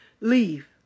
leave